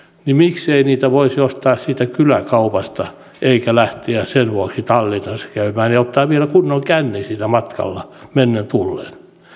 niin miksei niitä voisi ostaa siitä kyläkaupasta eikä lähteä sen vuoksi tallinnassa käymään ja ottaa vielä kunnon känni siinä matkalla mennen tullen